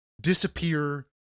disappear